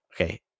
Okay